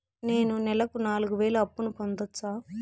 నేను నెలకు నాలుగు వేలు అప్పును పొందొచ్చా?